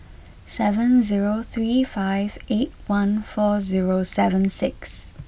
seven zero three five eight one four zero seven six